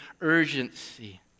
urgency